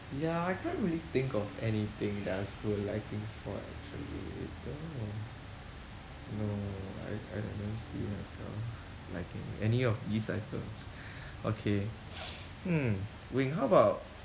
ya I can't really think of anything that I grew a liking for actually I don't know no I I I don't see myself liking any of these items okay hmm wing how about